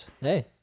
Hey